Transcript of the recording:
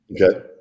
Okay